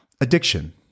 addiction